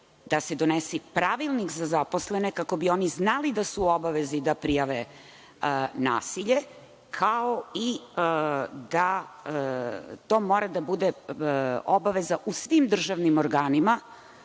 da se donese i pravilnik za zaposlene, kako bi oni znali da su u obavezi da prijave nasilje, kao i da to mora da bude obaveza u svim državnim organima,